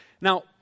Now